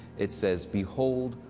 it says, behold,